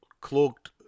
cloaked